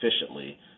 efficiently